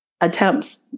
attempts